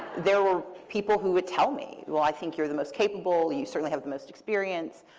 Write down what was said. there were people who would tell me, well, i think you're the most capable, you certainly have the most experience,